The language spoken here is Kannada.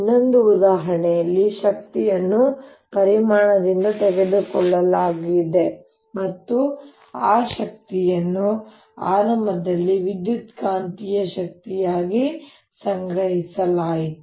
ಇನ್ನೊಂದು ಉದಾಹರಣೆಯಲ್ಲಿ ಶಕ್ತಿಯನ್ನು ಪರಿಮಾಣದಿಂದ ತೆಗೆದುಕೊಳ್ಳಲಾಗಿದೆ ಮತ್ತು ಆ ಶಕ್ತಿಯನ್ನು ಆರಂಭದಲ್ಲಿ ವಿದ್ಯುತ್ಕಾಂತೀಯ ಶಕ್ತಿಯಾಗಿ ಸಂಗ್ರಹಿಸಲಾಯಿತು